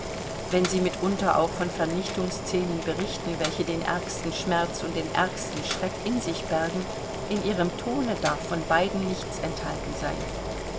wenn sie mitunter auch von vernichtungsscenen berichten welche den ärgsten schmerz und den ärgsten schreck in sich bergen in ihrem tone darf von beiden nichts enthalten sein